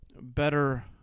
better